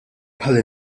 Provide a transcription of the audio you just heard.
ħalli